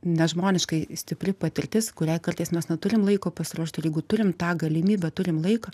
nežmoniškai stipri patirtis kuriai kartais mes neturim laiko pasiruošt ir jeigu turim tą galimybę turim laiką